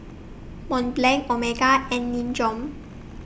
Mont Blanc Omega and Nin Jiom